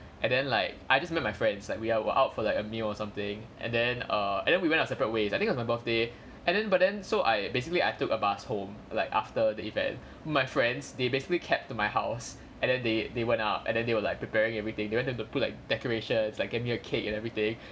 and then like I just met my friends like we were out for like a meal or something and then err and then we went our separate ways I think it's my birthday and then but then so I basically I took a bus home like after the event my friends they basically cab to my house and then they they went up and then they were like preparing everything they wanted to put like decorations like gave me a cake and everything